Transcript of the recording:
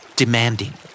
demanding